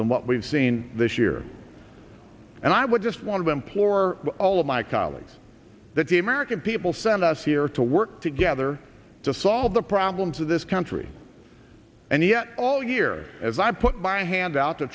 than what we've seen this year and i would just want to implore all of my colleagues that the american people sent us here to work together to solve the problems of this country and yet all year as i put my hand out to